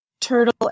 turtle